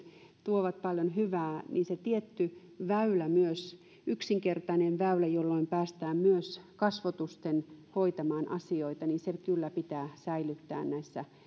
tuovat paljon hyvää niin se tietty yksinkertainen väylä jolla päästään myös kasvotusten hoitamaan asioita pitää kyllä säilyttää näissä